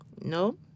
No